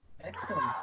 Excellent